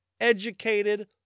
educated